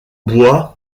bois